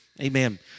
Amen